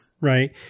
right